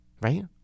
right